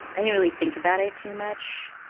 i didn't really think about it too much.